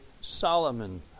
Solomon